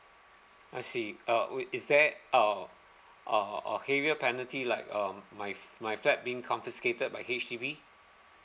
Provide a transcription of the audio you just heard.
I see uh oh is there uh uh a heavier penalty like um my f~ my flat being confiscated by H_D_B